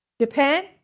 Japan